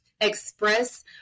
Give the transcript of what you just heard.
express